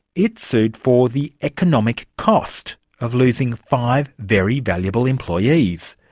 it sued for the economic cost of losing five very valuable employees.